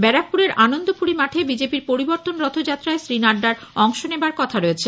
ব্যারাকপুরের আনন্দপুরী মাঠে বিজেপির পরিবর্তন রথযাত্রায় শ্রী নাড্ডার অংশ নেবার কথা রয়েছে